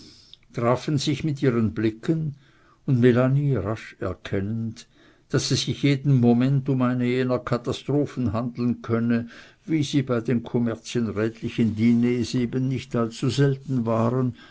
trafen sich mit ihren blicken und melanie rasch erkennend daß es sich jeden moment um eine jener katastrophen handeln könne wie sie bei den kommerzienrätlichen diners eben nicht allzu selten waren